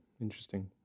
interesting